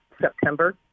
september